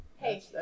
Hey